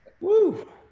woo